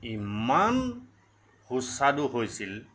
ইমান সুস্বাদু হৈছিল